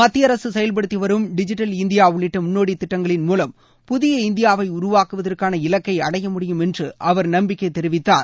மத்திய அரசு செயல்படுத்தி வரும் டிஜிட்டல் இந்தியா உள்ளிட்ட முன்னோடித் திட்டங்களின் மூலம் புதிய இந்தியாவை உருவாக்குவதற்கான இலக்கை அடைய முடியும் என்று அவர் நம்பிக்கை தெரிவித்தார்